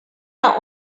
are